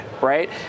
right